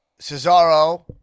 Cesaro